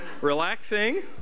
Relaxing